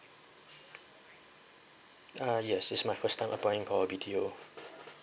uh yes it's my first time applying for a B_T_O